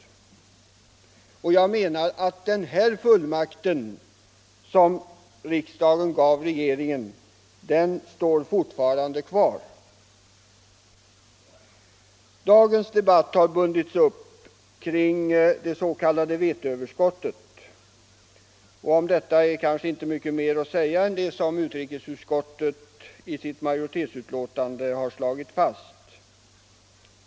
Jag menar att den fullmakt, som riksdagen här gav regeringen, fortfarande står kvar. Dagens debatt har bundits upp kring det s.k. veteöverskottet. Om detta är kanske inte mycket mer att säga än det som utrikesutskottet i sitt majoritetsbetänkande har slagit fast.